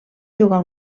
jugar